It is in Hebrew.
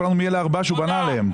לנו מי הארבעה האלה שהוא בנה עליהם.